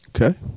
Okay